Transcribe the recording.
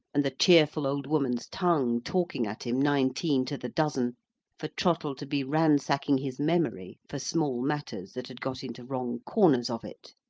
and the cheerful old woman's tongue talking at him, nineteen to the dozen for trottle to be ransacking his memory for small matters that had got into wrong corners of it.